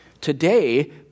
Today